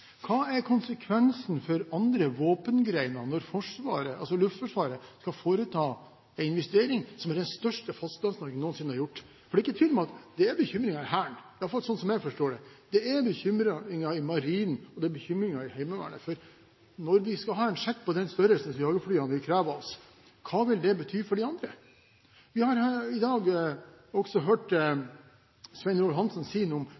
Hva er konsekvensen for andre våpengrener når Luftforsvaret skal foreta en investering som er den største Fastlands-Norge noensinne har gjort? Det er ikke tvil om at det er bekymringer i Hæren, i hvert fall sånn jeg forstår det. Det er bekymringer i Marinen, og det er bekymringer i Heimevernet. Når vi skal skrive ut en sjekk på den størrelsen som jagerflyene vil kreve av oss, er spørsmålet: Hva vil det bety for de andre? Vi har i dag også hørt Svein Roald Hansen si noe om